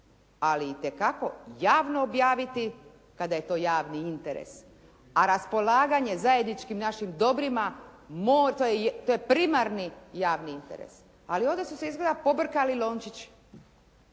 ali itekako javno objaviti kada je to javni interes a raspolaganje zajedničkim našim dobrima to je primarni javni interes. Ali ovdje su se izgleda pobrkali lončići,